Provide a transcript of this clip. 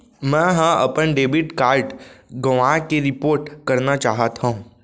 मै हा अपन डेबिट कार्ड गवाएं के रिपोर्ट करना चाहत हव